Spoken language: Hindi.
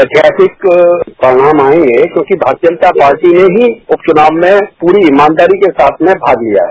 ऐतिहासिक परिणाम आयेंगे क्योंकि भारतीय जनता पार्टी ने ही उप चुनाव में पूरी ईमानदारी के साथ भाग लिया है